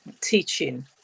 teaching